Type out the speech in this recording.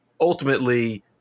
ultimately